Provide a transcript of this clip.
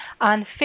On